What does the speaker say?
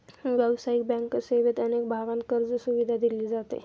व्यावसायिक बँक सेवेत अनेक भागांत कर्जसुविधा दिली जाते